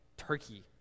turkey